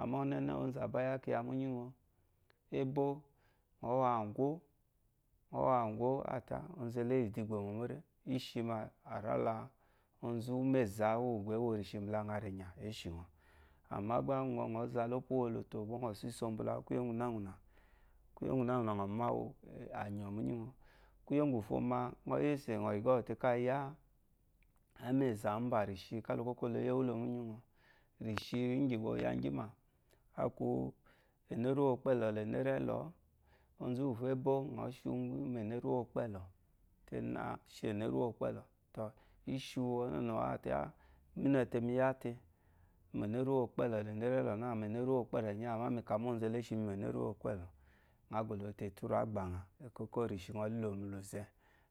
Ama ɔnene ozu abaya kiya minyi nyɔ ebo nyɔ wawa ngɔ nyɔ wawa ngɔ ate ozole iyi idu igbomo more ishi nyɔ nyɔ rala umeza wu ba ewo rishi mbalanya le ki ishinyɔ amagba nyɔ gba nyɔ wulopuwoloto gb nyɔ siso balawu kuyi guna guna kuye guna guna nyɔ mawu anyo miyenyɔ kuye gufoma nyɔ yese nyɔ rishi igi bwa oyagima aku inara uwo ekpolo la inara elo ozu uwufor ebo nyɔ shi wumi nara uwo ekpelo te na she nara uwu ekpelo eshiwu enunu azote ah minete mi yate minara the pelo nami nara we kparenyi amami ka mo zole munara uwu expelo nyɔ dote eturu agbanya ego ekenshi nyɔlelo mulu ze